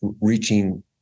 reaching